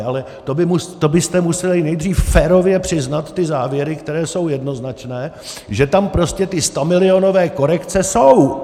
Ale to byste museli nejdřív férově přiznat ty závěry, které jsou jednoznačné, že tam prostě ty stamilionové korekce jsou.